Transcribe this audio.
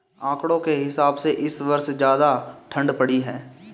आंकड़ों के हिसाब से इस वर्ष ज्यादा ठण्ड पड़ी है